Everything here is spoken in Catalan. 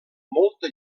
molta